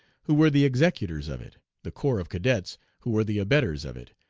who were the executors of it, the corps of cadets, who were the abettors of it,